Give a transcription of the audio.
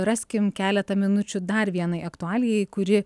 raskim keletą minučių dar vienai aktualijai kuri